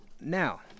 now